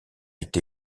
est